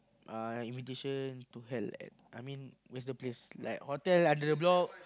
uh invitation to held at I mean where's the place like hotel under the block